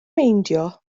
meindio